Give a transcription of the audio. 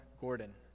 Gordon